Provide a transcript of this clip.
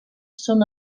són